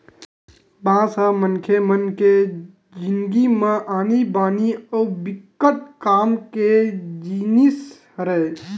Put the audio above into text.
बांस ह मनखे मन के जिनगी म आनी बानी अउ बिकट काम के जिनिस हरय